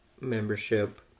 membership